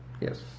Yes